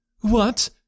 What